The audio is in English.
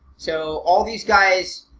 so all these guys,